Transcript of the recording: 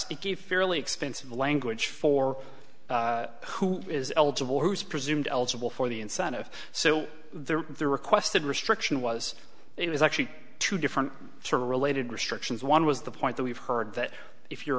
paragraphs fairly expensive language for who is eligible who is presumed eligible for the incentive so there are requested restriction was it was actually two different sort of related restrictions one was the point that we've heard that if you're